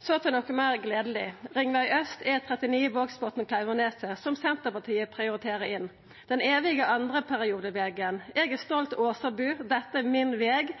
Så til noko meir gledeleg. Det er ringveg aust, E39 Vågsbotn–Klauvaneset, som Senterpartiet prioriterer inn, den evige andreperiodevegen. Eg er stolt åsabu; dette er min veg.